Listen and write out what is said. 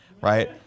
Right